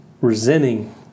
resenting